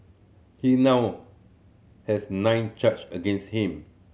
he now has nine charge against him